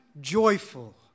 joyful